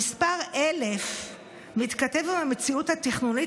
המספר 1,000 מתכתב עם המציאות התכנונית